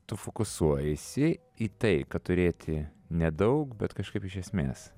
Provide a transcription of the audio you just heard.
tu fokusuojiesi į tai kad turėti nedaug bet kažkaip iš esmės